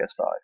PS5